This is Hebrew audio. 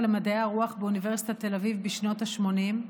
למדעי הרוח באוניברסיטת תל אביב בשנות השמונים,